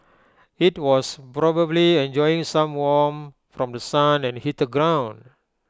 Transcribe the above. IT was probably enjoying some warmth from The Sun and heated ground